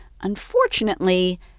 unfortunately